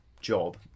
job